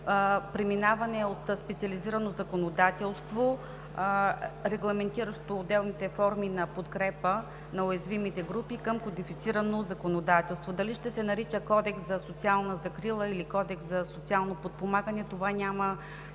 преминаване от специализирано законодателство, регламентиращо отделните форми на подкрепа на уязвимите групи към кодифицирано законодателство. Дали ще се нарича Кодекс за социална закрила или Кодекс за социално подпомагане, това няма